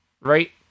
Right